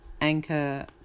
Anchor